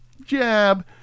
jab